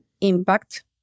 impact